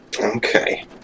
Okay